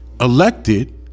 elected